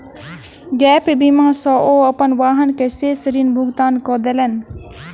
gap बीमा सॅ ओ अपन वाहन के शेष ऋण भुगतान कय देलैन